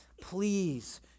Please